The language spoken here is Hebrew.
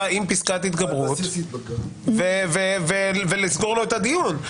עם פסקת התגברות ולסגור לו את הדיון.